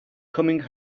coming